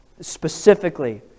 specifically